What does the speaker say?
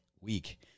week